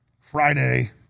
Friday